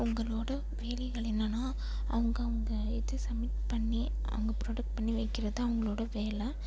அவங்களோட வேலைகள் என்னென்னா அவங்க அவங்க எது சப்மிட் பண்ணி அங்கே ப்ரோடக்ட் பண்ணி வைக்கிறது தான் அவங்களோட வேலை